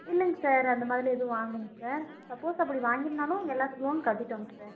இல்லைங் சார் அந்த மாதிரிலாம் எதுவும் வாங்கலைங் சார் சப்போஸ் அப்படி வாங்கியிருந்தாலும் எல்லாத்துக்கும் லோன் கட்டிவிட்டோங் சார்